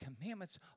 commandments